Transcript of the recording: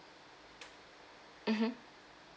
mmhmm